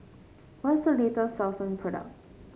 what is the latest Selsun product